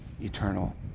eternal